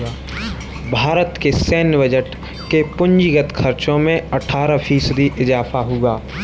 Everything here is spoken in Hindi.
भारत के सैन्य बजट के पूंजीगत खर्चो में अट्ठारह फ़ीसदी इज़ाफ़ा हुआ है